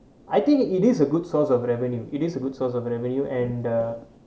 I think it is a good source of revenue it is a good source of revenue and uh